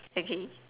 okay